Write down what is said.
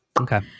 Okay